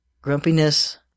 Grumpiness